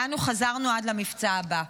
ואנו חזרנו עד למבצע הבא.